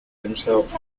himself